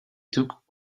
took